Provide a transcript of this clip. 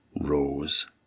rose